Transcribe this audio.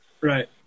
Right